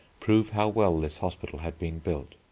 prove how well this hospital had been built.